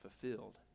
fulfilled